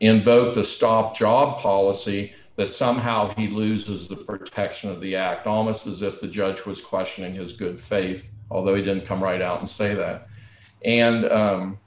a stop job policy that somehow he loses the protection of the act almost as if the judge was questioning his good faith although he didn't come right out and say that and